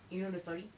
do you know the story